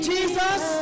Jesus